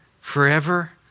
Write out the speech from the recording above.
forever